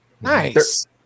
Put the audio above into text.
Nice